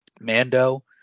Mando